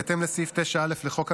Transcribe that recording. בהתאם לסעיף 9(א) לחוק הממשלה,